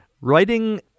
Writing